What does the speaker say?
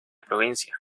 provincia